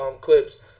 clips